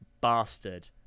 bastard